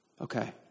Okay